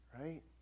Right